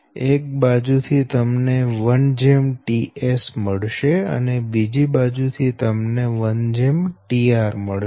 એક બાજુ થી તમને 1ts મળશે અને બીજી બાજુ થી તમને 1tr મળશે